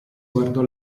guardò